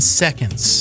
seconds